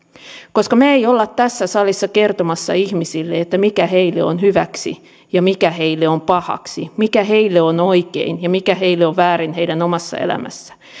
koska me emme ole tässä salissa kertomassa ihmisille mikä heille on hyväksi ja mikä heille on pahaksi mikä heille on oikein ja mikä heille on väärin heidän omassa elämässään